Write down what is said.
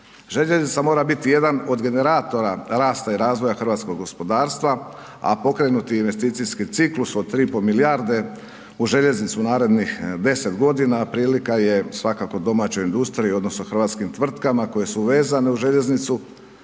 Željeznica mora biti jedan od generatora rasta i razvoja hrvatskog gospodarstva, a pokrenuti investicijski ciklus od 3,5 milijarde u željeznicu narednih 10.g. prilika je svakako domaćoj industriji odnosno hrvatskim tvrtkama koje su vezane uz željeznicu,